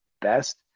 best